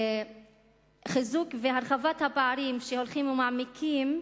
חיזוק והרחבת הפערים, שהולכים ומעמיקים,